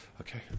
Okay